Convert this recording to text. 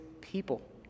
people